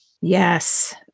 Yes